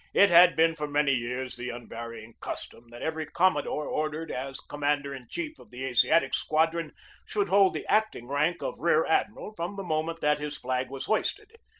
it had been for many years the unvary ing custom that every commodore ordered as com mander-in-chief of the asiatic squadron should hold the acting rank of rear-admiral from the moment that his flag was hoisted.